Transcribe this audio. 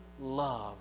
love